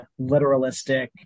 literalistic